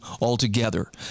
altogether